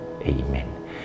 Amen